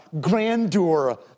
grandeur